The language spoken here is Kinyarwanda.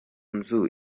nzu